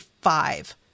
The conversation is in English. five